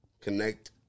connect